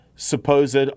supposed